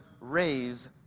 raise